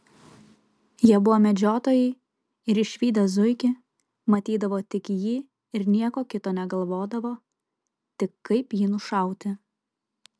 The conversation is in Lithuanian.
jie buvo medžiotojai ir išvydę zuikį matydavo tik jį ir nieko kito negalvodavo tik kaip jį nušauti